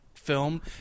film